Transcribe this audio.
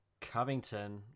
Covington